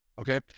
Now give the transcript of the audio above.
okay